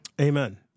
Amen